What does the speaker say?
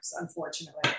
unfortunately